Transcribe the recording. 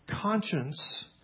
Conscience